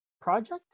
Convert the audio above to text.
project